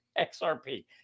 XRP